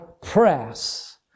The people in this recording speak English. press